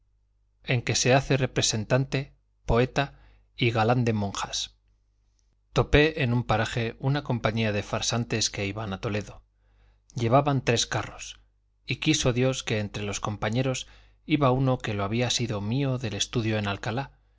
en que se hace representante poeta y galán de monjas topé en un paraje una compañía de farsantes que iban a toledo llevaban tres carros y quiso dios que entre los compañeros iba uno que lo había sido mío del estudio en alcalá